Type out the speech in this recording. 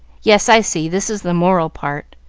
yes, i see, this is the moral part.